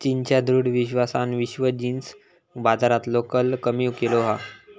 चीनच्या दृढ विश्वासान विश्व जींस बाजारातलो कल कमी केलो हा